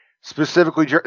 specifically